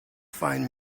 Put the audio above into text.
find